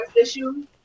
issues